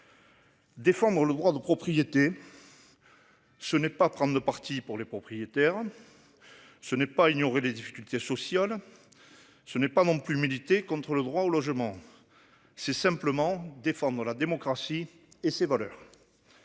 Défendant le droit de propriété. Ce n'est pas prendre parti pour les propriétaires. Ce n'est pas ignorer les difficultés sociales. Ce n'est pas non plus milité contre le droit au logement. C'est simplement des formes de la démocratie et ses valeurs.